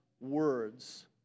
words